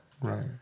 Right